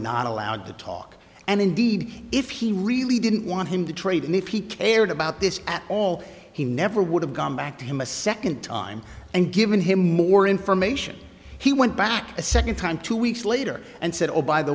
not allowed to talk and indeed if he really didn't want him to trade and if he cared about this at all he never would have gone back to him a second time and given him more information he went back a second time two weeks later and said oh by the